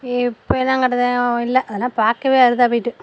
இப்போ என்னாங்காட்டினா இல்லை அதெல்லாம் பார்க்கவே அரிதாக போயிட்டுது